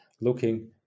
looking